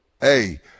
Hey